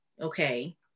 Okay